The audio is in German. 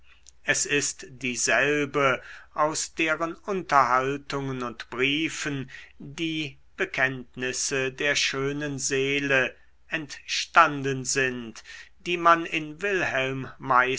es ist dieselbe aus deren unterhaltungen und briefen die bekenntnisse der schönen seele entstanden sind die man in wilhelm